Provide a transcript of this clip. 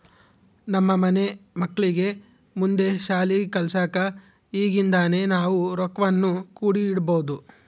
ನಮ್ಮ ಮನೆ ಮಕ್ಕಳಿಗೆ ಮುಂದೆ ಶಾಲಿ ಕಲ್ಸಕ ಈಗಿಂದನೇ ನಾವು ರೊಕ್ವನ್ನು ಕೂಡಿಡಬೋದು